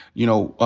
you know,